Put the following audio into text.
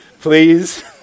please